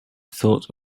thought